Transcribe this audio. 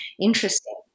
interesting